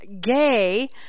gay